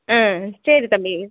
ம் சரி தம்பி